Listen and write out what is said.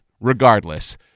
Regardless